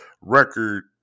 record